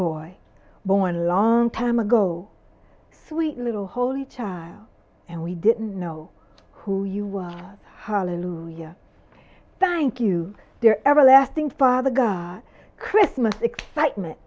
boy born a long time ago sweet little holy child and we didn't know who you were harlan lujah thank you there everlasting father god christmas excitement